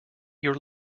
your